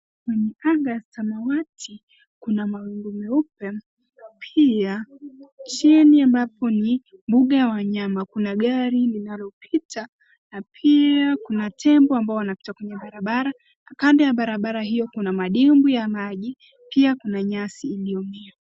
Kwenye anga ya samawati, kuna mawingu meupe pia chini ambapo ni mbuga ya wanyama, kuna gari linalopita na pia kuna tembo ambao wanapita kwenye barabara. Kando ya barabara hiyo kuna madimbwi ya maji. Pia kuna nyasi iliyomea.